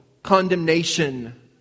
condemnation